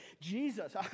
Jesus